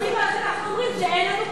זאת הסיבה שאנחנו אומרים שאין לנו פרטנר,